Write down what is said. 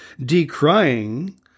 decrying